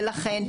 ולכן,